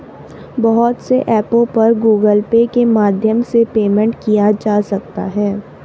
बहुत से ऐपों पर गूगल पे के माध्यम से पेमेंट किया जा सकता है